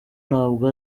ntabwo